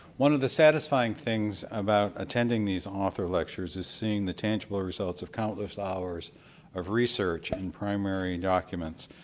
one of the satisfying things about attending these author lectures is seeing the tangible results of countless hours of research and primary documents.